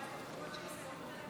חברי הכנסת,